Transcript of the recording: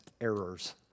errors